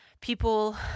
people